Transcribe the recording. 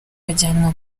bajyanwa